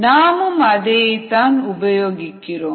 நாமும் அதைத் தான் உபயோகிக்கிறோம்